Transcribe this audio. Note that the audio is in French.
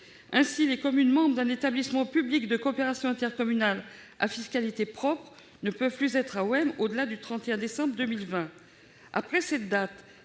Ainsi, les communes membres d'un établissement public de coopération intercommunale à fiscalité propre ne pourront plus être AOM au-delà du 31 décembre 2020.